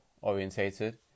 orientated